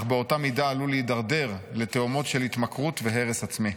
אך באותה מידה הוא עלול להידרדר לתהומות של התמכרות והרס עצמי.